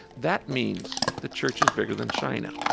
that means the church is bigger than china